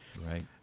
Right